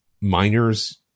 Miners